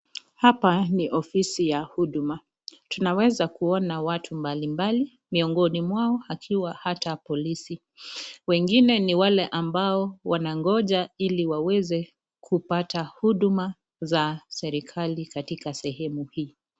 Hapa ni ofisi ya Huduma. Tunaweza kuona watu mbalimbali. Miongoni mwao akiwa hata polisi. Wengine ni wale ambao wanangoja ili waweze kupata huduma za serikali katika sehemu hii.